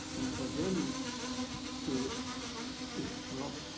and for them to explore. ah